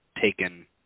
taken